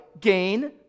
gain